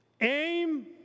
Aim